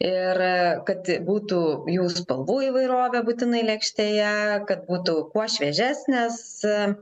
ir kad būtų jų spalvų įvairovė būtinai lėkštėje kad būtų kuo šviežesnės